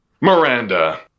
Miranda